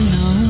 no